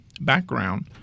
background